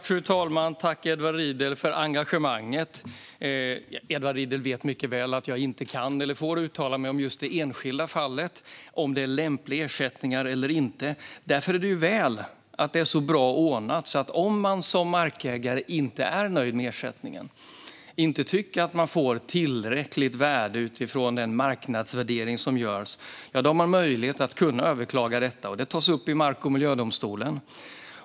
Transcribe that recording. Fru talman! Jag vill tacka Edward Riedl för engagemanget. Edward Riedl vet mycket väl att jag inte kan eller får uttala mig om det i det enskilda fallet är lämpliga ersättningar eller inte. Därför är det bra att det är så väl ordnat; en markägare som inte är nöjd med ersättningen, som inte tycker att man får tillräckligt stort värde utifrån den marknadsvärdering som görs, har möjlighet att överklaga detta. Det tas upp i mark och miljödomstolen.